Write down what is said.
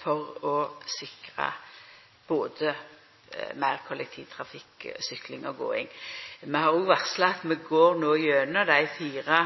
for å sikra meir kollektivtrafikk, meir sykling og gåing. Vi har òg varsla at vi no går gjennom dei fire